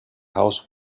house